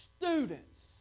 students